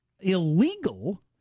illegal